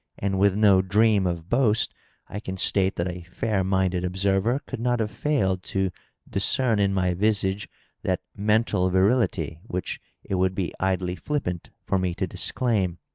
and with no dream of boast i can state that a fair-minded observer could not have failed to discern in my visage that mental virility which it would be idly flippant for me to disclaim.